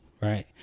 right